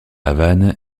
havane